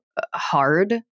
hard